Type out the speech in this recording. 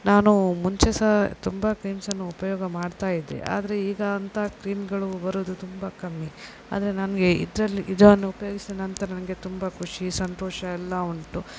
ನಾನು ಮುಂಚೆ ಸಹ ತುಂಬ ಕ್ರೀಮ್ಸನ್ನು ಉಪಯೋಗ ಮಾಡ್ತಾಯಿದ್ದೆ ಆದರೆ ಈಗ ಅಂಥ ಕ್ರೀಮ್ಗಳು ಬರೋದು ತುಂಬ ಕಮ್ಮಿ ಆದರೆ ನನಗೆ ಇದರಲ್ಲಿ ಇದನ್ನು ಉಪಯೋಗಿಸಿದ ನಂತರ ನನಗೆ ತುಂಬ ಖುಷಿ ಸಂತೋಷ ಎಲ್ಲ ಉಂಟು